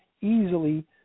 easily